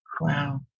Wow